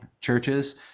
churches